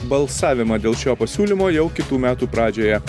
balsavimą dėl šio pasiūlymo jau kitų metų pradžioje